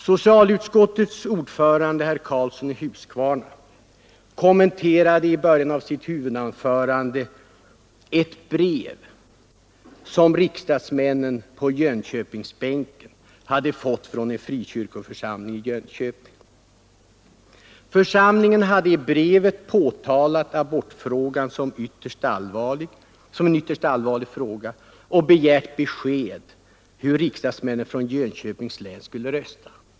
Socialutskottets ordförande, herr Karlsson i Huskvarna, kommenterade i början av sitt huvudanförande ett brev som riksdagsmännen på Jönköpingsbänken hade fått från en frikyrkoförsamling i Jönköping. Församlingen hade i brevet tagit upp abortfrågan som en ytterst allvarlig fråga och begärt besked hur riksdagsmännen från Jönköpings län skulle rösta.